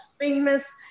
famous